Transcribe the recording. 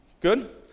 Good